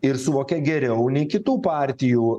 ir suvokia geriau nei kitų partijų